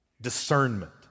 discernment